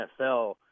NFL